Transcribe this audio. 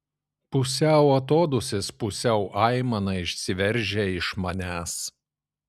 pusiau atodūsis pusiau aimana išsiveržia iš manęs